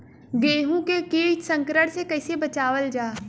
गेहूँ के कीट संक्रमण से कइसे बचावल जा?